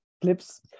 clips